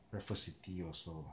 raffles city also